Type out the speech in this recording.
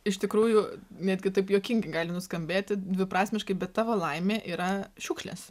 iš tikrųjų netgi taip juokingai gali nuskambėti dviprasmiškai bet tavo laimė yra šiukšlės